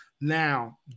Now